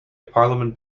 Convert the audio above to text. parliament